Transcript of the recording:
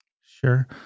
sure